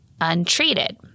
untreated